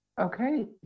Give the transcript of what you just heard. Okay